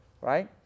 right